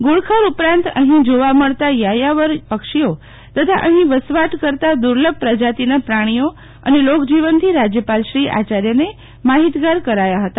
ધુડખર ઉપરાંત અહી જોવા મળતા યાયાવર પક્ષીઓ તથા અહી વસવાટ કરતા દૂર્લભ પ્રજાતિના પ્રાણીઓ અને લોકજીવનથી રાજ્યપાલશ્રી આયાર્યને માહિતગાર કરાયા હતા